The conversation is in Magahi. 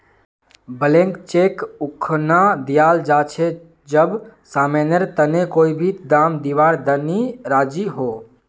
ब्लैंक चेक उखना दियाल जा छे जब समानेर तने कोई भी दाम दीवार तने राज़ी हो